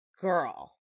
Girl